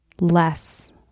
less